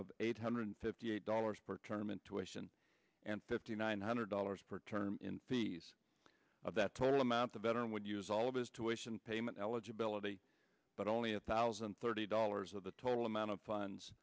of eight hundred fifty eight dollars per term intuition and fifty nine hundred dollars per term in fees of that total amount the veteran would use all of his tuitions payment eligibility but only a thousand and thirty dollars of the total amount of funds